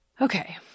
Okay